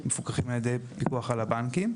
מפוקחים על ידי הפיקוח על הבנקים.